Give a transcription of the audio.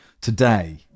today